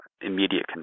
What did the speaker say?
immediate